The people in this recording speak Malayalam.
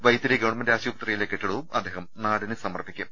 വൈത്തിരി ഗവൺമെന്റ് ആശുപത്രിയിലെ കെട്ടിടവും അദ്ദേഹം നാടിന് സമർപ്പിക്കും